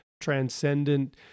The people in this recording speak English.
transcendent